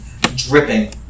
dripping